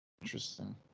Interesting